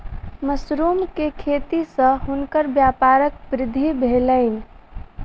mushroom के खेती सॅ हुनकर व्यापारक वृद्धि भेलैन